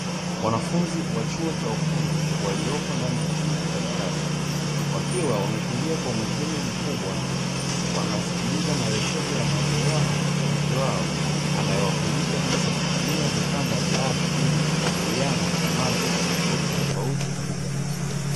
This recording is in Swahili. Wanafunzi wa chuo cha ufundi waliopo ndani ya chumba cha darasa, wakiwa wametulia kwa umakini mkubwa, wanasikiliza maelekezo yanayotolewa na mkufunzi wao, anaye wafundisha jinsi ya kutumia vifaa mbalimbali ili kukabiliana na mambo tofauti tofauti kwenye jamii.